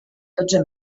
dotze